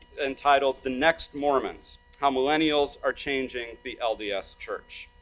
entitled the next mormons how millennials are changing the lds ah so church.